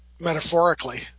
metaphorically